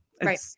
Right